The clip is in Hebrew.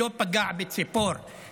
שלא פגע בציפור,